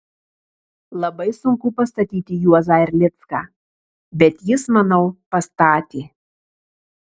labai sunku pastatyti juozą erlicką bet jis manau pastatė